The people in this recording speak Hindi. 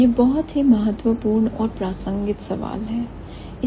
यह बहुत ही महत्वपूर्ण और प्रासंगित सवाल हैं